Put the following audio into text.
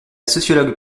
sociologue